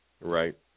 Right